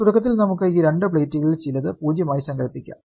തുടക്കത്തിൽ നമുക്ക് ഈ രണ്ട് പ്ലേറ്റുകളിൽ ചിലത് 0 ആയി സങ്കല്പിക്കാം